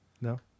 No